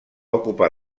ocupar